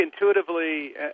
intuitively